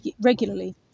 regularly